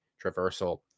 traversal